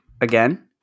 again